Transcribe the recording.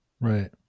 right